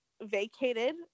vacated